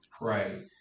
pray